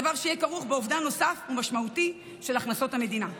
דבר שיהיה כרוך באובדן נוסף ומשמעותי של הכנסות המדינה.